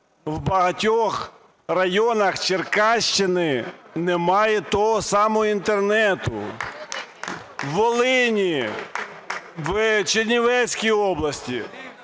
в багатьох районах Черкащини немає того самого інтернету (на Волині, у Чернівецькій області,